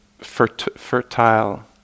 fertile